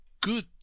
good